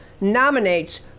nominates